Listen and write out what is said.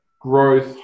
growth